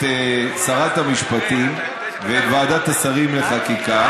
את שרת המשפטים ואת ועדת השרים לחקיקה.